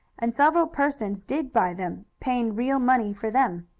and several persons did buy them, paying real money for them.